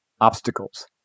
obstacles